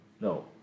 no